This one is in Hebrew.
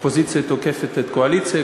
האופוזיציה תוקפת את הקואליציה,